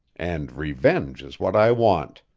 and revenge is what i want.